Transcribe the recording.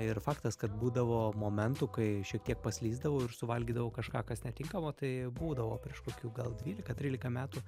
ir faktas kad būdavo momentų kai šiek tiek paslysdavau ir suvalgydavau kažką kas netinkama tai būdavo prieš kokių gal dvylika trylika metų